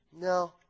no